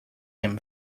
him